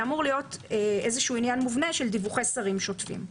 זה אמור להיות עניין מובנה של דיווחי שרים שוטפים.